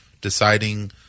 deciding